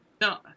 No